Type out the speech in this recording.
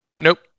nope